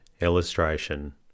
Illustration